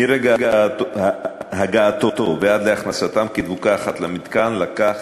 מרגע הגעתו ועד להכנסתם כדבוקה אחת למתקן לקח